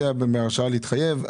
בהרשאה להתחייב.